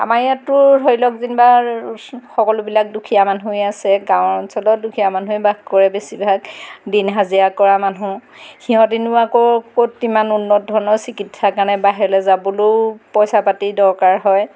আমাৰ ইয়াততো ধৰি লওক যেনিবা সকলোবিলাক দুখীয়া মানুহেই আছে গাঁৱৰ অঞ্চলত দুখীয়া মানুহেই বাস কৰে বেছিভাগ দিন হাজিৰা কৰা মানুহ সিহঁতিনো আকৌ ক'ত ইমান উন্নত ধৰণৰ চিকিৎসাৰ কাৰণে বাহিৰলৈ যাবলৈও পইচা পাতি দৰকাৰ হয়